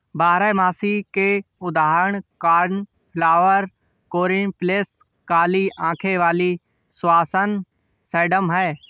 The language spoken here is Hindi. बारहमासी के उदाहरण कोर्नफ्लॉवर, कोरॉप्सिस, काली आंखों वाली सुसान, सेडम हैं